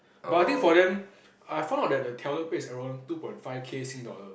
but I think for them I found out that the teller pay is around two point five K Sing dollar